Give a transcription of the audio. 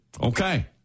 Okay